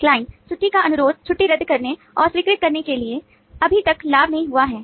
client छुट्टी का अनुरोध छुट्टी रद्द करने और स्वीकृत करने के लिए अभी तक लाभ नहीं हुआ है